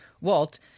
Walt